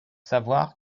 savoir